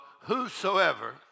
whosoever